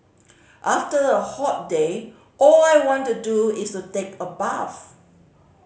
after a hot day all I want to do is a take a bath